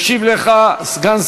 כן.